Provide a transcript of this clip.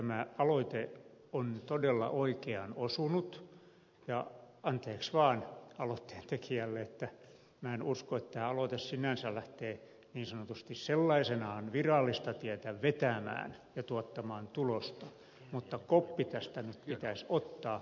tämä aloite on todella oikeaan osunut ja anteeksi vaan aloitteen tekijälle mutta minä en usko että tämä aloite sinänsä lähtee niin sanotusti sellaisenaan virallista tietä vetämään ja tuottamaan tulosta mutta koppi tästä nyt pitäisi ottaa